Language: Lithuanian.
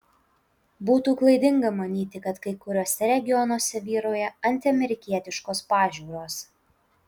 būtų klaidinga manyti kad kai kuriuose regionuose vyrauja antiamerikietiškos pažiūros